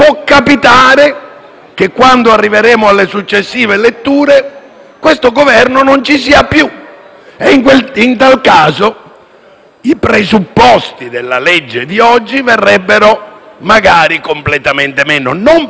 i presupposti della legge di oggi verrebbero magari completamente meno. Io non immagino una diversa composizione numerica di quella prevista oggi dalla riforma costituzionale,